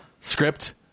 script